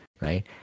right